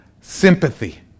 sympathy